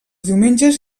diumenges